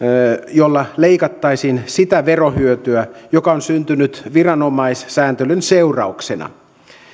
jolla leikattaisiin sitä verohyötyä joka on syntynyt viranomaissääntelyn seurauksena